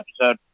episode